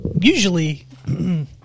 usually